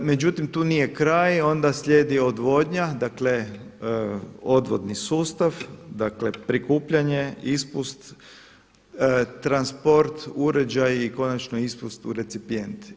Međutim, tu nije kraj, onda slijedi odvodnja, odvodni sustav, prikupljanje, ispust, transport, uređaji i konačno ispust u recipijent.